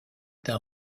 d’un